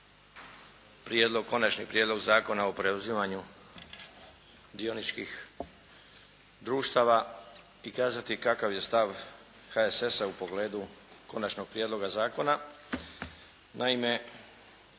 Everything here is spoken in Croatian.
Konačni prijedlog Zakona o preuzimanju dioničkih društava i kazati kakav je stav HSS-a u pogledu konačnog prijedloga zakona.